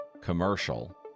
commercial